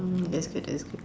let's get